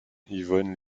yvonne